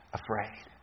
afraid